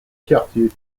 quartiers